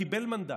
הוא קיבל מנדט.